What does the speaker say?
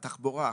התחבורה,